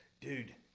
Dude